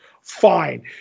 fine